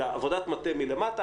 אלא עבודת מטה מלמטה,